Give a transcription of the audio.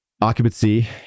Occupancy